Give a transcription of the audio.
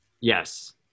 Yes